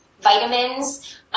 vitamins